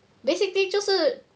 basically 就是